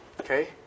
Okay